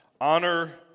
honor